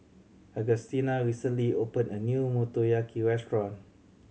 Augustina recently opened a new Motoyaki Restaurant